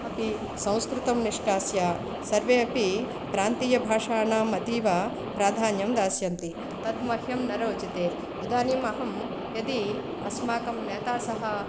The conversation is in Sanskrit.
अपि संस्कृतं निष्कास्य सर्वे अपि प्रान्तीयभाषाणाम् अतीव प्राधान्यं दास्यन्ति तत् मह्यं न रोचते इदानीम् अहं यदि अस्माकं नेता सह